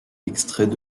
extraits